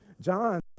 John